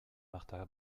martha